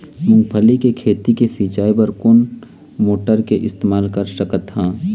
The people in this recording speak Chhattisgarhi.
मूंगफली के खेती के सिचाई बर कोन मोटर के इस्तेमाल कर सकत ह?